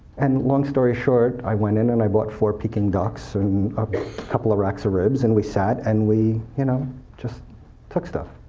and long story short, i went in and i bought four peking ducks and a couple of racks of ribs, and we sat and we you know just took stuff.